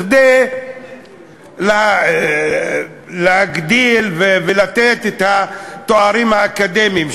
כדי להגדיל ולתת את התארים האקדמיים.